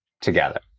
together